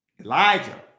Elijah